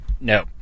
No